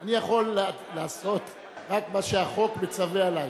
אני יכול לעשות רק מה שהחוק מצווה עלי.